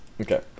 Okay